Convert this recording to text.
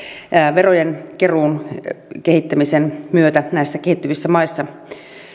verojen keruun kehittämisen myötä näissä kehittyvissä maissa